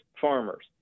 farmers